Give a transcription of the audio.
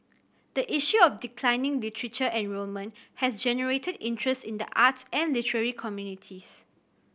the issue of declining literature enrolment has generated interest in the arts and literary communities